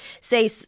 say